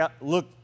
look